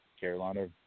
Carolina